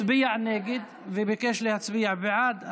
הצביע נגד וביקש להצביע בעד,